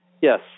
Yes